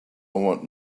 want